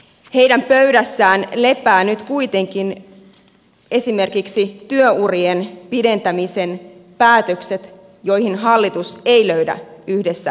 heidän pöydällään lepäävät nyt kuitenkin esimerkiksi työurien pidentämisen päätökset joihin hallitus ei löydä yhdessä ratkaisua